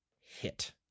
hit